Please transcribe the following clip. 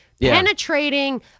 penetrating